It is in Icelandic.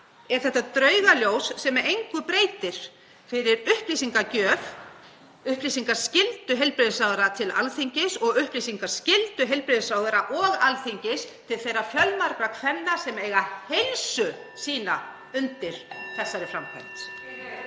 er þetta draugaljós sem engu breytir fyrir upplýsingagjöf, fyrir upplýsingaskyldu heilbrigðisráðherra til Alþingis og upplýsingaskyldu heilbrigðisráðherra og Alþingis til þeirra fjölmörgu kvenna sem eiga heilsu sína undir þessari framkvæmd.